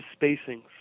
spacings